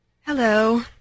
Hello